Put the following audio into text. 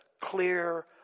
clear